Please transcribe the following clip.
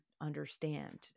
understand